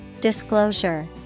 Disclosure